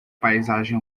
paisagem